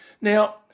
Now